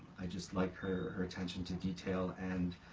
i just like her her attention to detail and